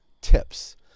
Tips